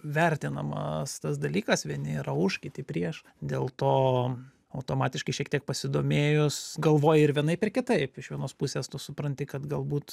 vertinamas tas dalykas vieni yra už kiti prieš dėl to automatiškai šiek tiek pasidomėjus galvoji ir vienaip ir kitaip iš vienos pusės tu supranti kad galbūt